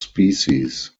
species